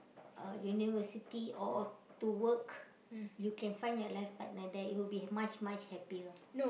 a university or uh to work you can find your life partner there it will be much much happier